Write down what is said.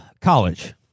College